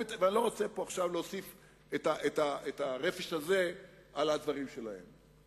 ואני לא רוצה להוסיף את הרפש הזה על הדברים שלהם.